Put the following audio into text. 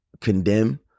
condemn